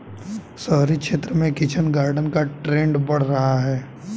शहरी क्षेत्र में किचन गार्डन का ट्रेंड बढ़ रहा है